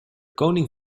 koning